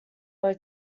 were